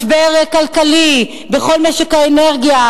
משבר כלכלי בכל משק האנרגיה.